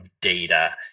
data